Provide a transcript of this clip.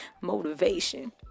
motivation